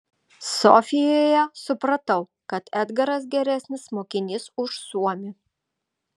sofijoje supratau kad edgaras geresnis mokinys už suomį